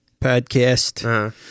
podcast